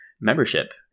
membership